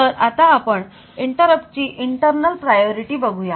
तर आता आपण इंटरप्ट चे आंतरिक प्राधान्य बघू या